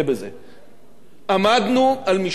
עמדנו על משמר האינטרסים של המדינה.